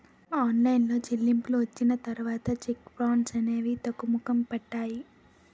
online చెల్లింపులు వచ్చిన తర్వాత చెక్ ఫ్రాడ్స్ అనేవి తగ్గుముఖం పట్టాయి